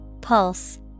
Pulse